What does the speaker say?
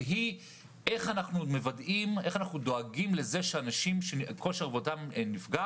שהיא איך אנחנו דואגים לכך שאנשים שכושר העבודה שלהם נפגע